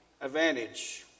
advantage